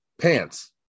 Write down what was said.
Pants